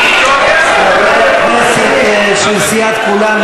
חברי הכנסת של סיעת כולנו,